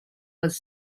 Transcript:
was